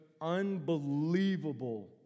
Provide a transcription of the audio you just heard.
unbelievable